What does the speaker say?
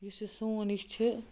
یُس یہِ سون یہ چھُ